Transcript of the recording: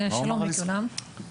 צריך לשנות את זה ל'צריך ללמוד לשחות'.